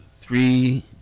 three